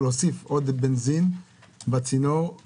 למה יש עודפים ברשות לניצולי שואה?